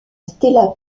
stella